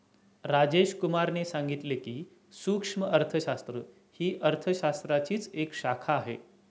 राजेश कुमार ने सांगितले की, सूक्ष्म अर्थशास्त्र ही अर्थशास्त्राचीच एक शाखा आहे